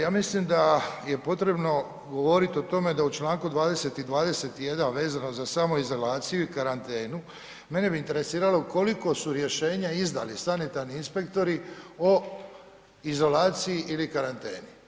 Ja mislim da je potrebno govorit o tome da u čl. 20. i 21. vezano za samoizolaciju i karantenu, mene bi interesiralo koliko su rješenja izdali sanitarni inspektori o izolaciji ili karanteni?